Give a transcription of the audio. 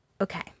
Okay